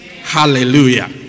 Hallelujah